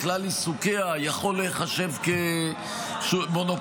בגלל עיסוקיה יכול להיחשב כמונופול?